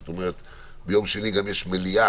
זאת אומרת ביום שני גם יש מליאה.